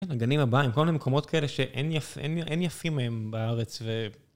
הגנים הבאים, כל המקומות כאלה שאין יפים מהם בארץ ו...